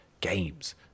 games